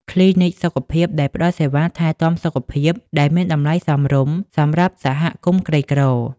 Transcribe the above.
គ្លីនិកសុខភាពដែលផ្តល់សេវាថែទាំសុខភាពដែលមានតម្លៃសមរម្យសម្រាប់សហគមន៍ក្រីក្រ។